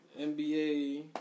NBA